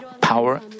power